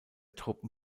truppen